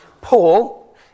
Paul